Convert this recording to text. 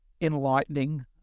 enlightening